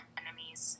enemies